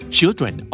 Children